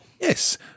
Yes